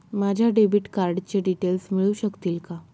माझ्या डेबिट कार्डचे डिटेल्स मिळू शकतील का?